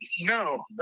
No